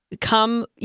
come